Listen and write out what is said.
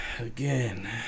again